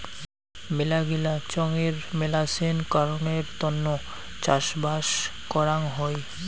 মেলাগিলা চঙের মেলাছেন কারণের তন্ন চাষবাস করাং হই